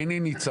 אין עיני צרה.